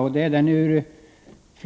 Om man börjar med att se